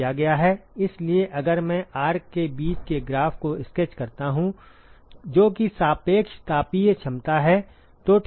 इसलिए अगर मैं R के बीच के ग्राफ को स्केच करता हूं जो कि सापेक्ष तापीय क्षमता है तो ठीक है